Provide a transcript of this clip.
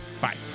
Bye